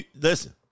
listen